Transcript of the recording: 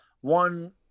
one